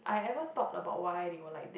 I ever thought about why they were like that